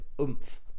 oomph